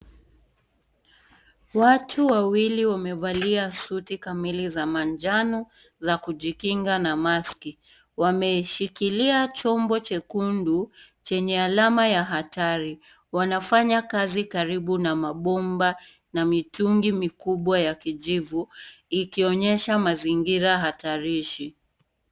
Watu wawili wamevalia suti kamili za manjano na kujikinga na maski. Wameshikillia chombo chekundu chenye alama ya hatari. Wanafanya kazi karibu na mabomba na mitungi mikubwa ya kijivu ikionyesha mazingira hatarishi.